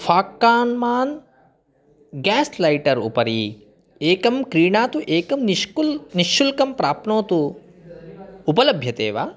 फ़ाक्काङ्ग् मान् gas lighter उपरि एकं क्रीणातु एकं निःशुल्कं निःशुल्कं प्राप्नोतु उपलभ्यते वा